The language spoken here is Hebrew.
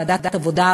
ועדת העבודה,